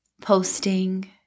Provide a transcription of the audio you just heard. posting